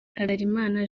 habyalimana